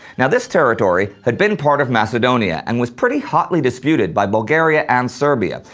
and this territory had been part of macedonia, and was pretty hotly disputed by bulgaria and serbia,